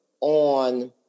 on